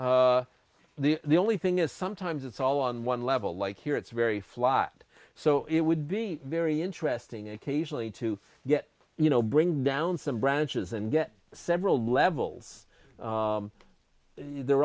the the only thing is sometimes it's all on one level like here it's very flat so it would be very interesting occasionally to get you know bring down some branches and get several levels they're